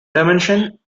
dimension